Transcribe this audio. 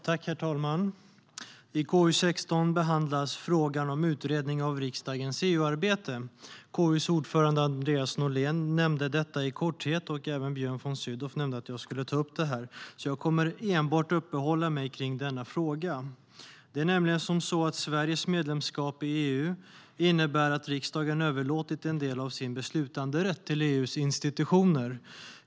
Herr talman! I KU16 behandlas frågan om utredning av riksdagens EU-arbete. KU:s ordförande Andreas Norlén nämnde detta i korthet, och även Björn von Sydow nämnde att jag skulle ta upp det. Jag kommer enbart att uppehålla mig kring denna fråga. Det är nämligen så att Sveriges medlemskap i EU innebär att riksdagen har överlåtit en del av sin beslutanderätt till EU:s institutioner.